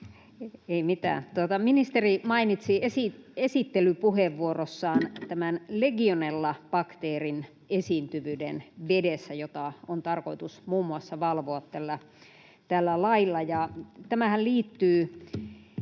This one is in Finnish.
Ei mitään. — Ministeri mainitsi esittelypuheenvuorossaan tämän Legionella-bakteerin esiintyvyyden vedessä, jota on muun muassa tarkoitus valvoa tällä lailla. Tämähän liittyy